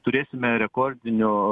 turėsime rekordinių